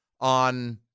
on